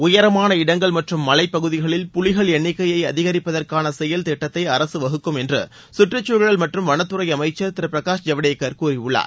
உயரமான இடங்கள் மற்றம் மலைப்பகுதிகளில் புலிகள் எண்ணிக்கையை அதிகரிப்பதற்கான செயல் திட்டத்தை அரசு வகுக்கும் என்று கற்றுக்சூழல் மற்றும் வனத்துறை அமைச்சர் திரு பிரகாஷ் ஜவ்டேகர் கூறியுள்ளார்